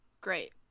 Great